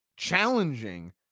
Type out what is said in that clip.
challenging